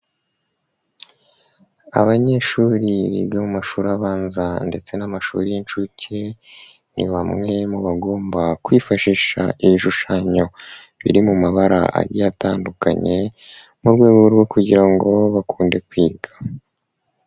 Abanyeshuri biga mu mashuri abanza ndetse n'amashuri y'inshuke. Ni bamwe mu bagomba kwifashisha ibishushanyo biri mu mabara agiye atandukanye mu rwego rwo kugira ngo bakunde kwiga.